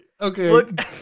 Okay